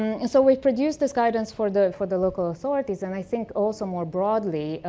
and so we'll produce this guidance for the for the local authorities, and i think also more broadly,